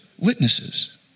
witnesses